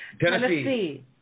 Tennessee